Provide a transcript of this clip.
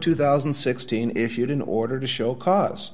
two thousand and sixteen issued an order to show cause